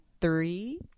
three